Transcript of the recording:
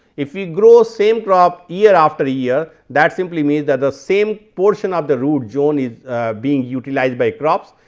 if we grows same crop year after year that simply means that the same portion of the root zone is ah being utilized by crops.